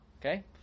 Okay